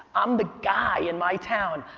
i'm the guy in my town,